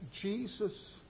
Jesus